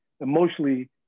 emotionally